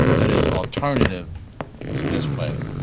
that is, alternative to this planet.